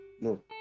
no